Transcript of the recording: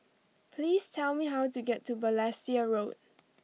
please tell me how to get to Balestier Road